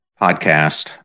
podcast